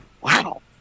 Wow